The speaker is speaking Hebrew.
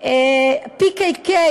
השתמשו בהם; ה-PKK,